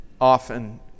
often